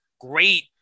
Great